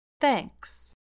thanks